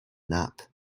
nap